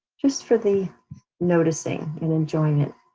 just for the noticing and enjoyment.